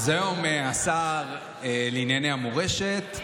אז היום השר לענייני מורשת,